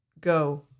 go